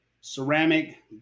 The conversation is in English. ceramic